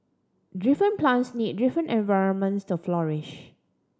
different plants need different environments to flourish